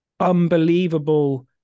Unbelievable